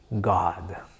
God